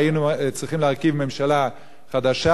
היינו צריכים להרכיב ממשלה חדשה,